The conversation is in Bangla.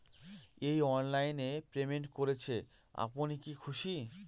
এই অনলাইন এ পেমেন্ট করছেন আপনি কি খুশি?